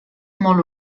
molt